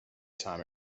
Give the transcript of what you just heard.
time